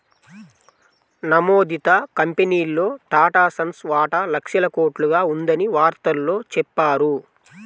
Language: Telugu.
నమోదిత కంపెనీల్లో టాటాసన్స్ వాటా లక్షల కోట్లుగా ఉందని వార్తల్లో చెప్పారు